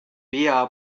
bea